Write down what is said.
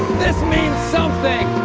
this means something!